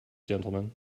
gentlemen